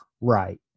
right